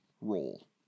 role